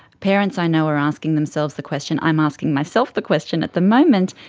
parents i know are asking themselves the question, i'm asking myself the question at the moment,